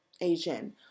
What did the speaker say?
Asian